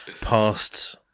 past